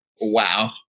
Wow